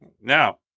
Now